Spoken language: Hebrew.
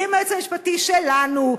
ועם היועץ המשפטי שלנו,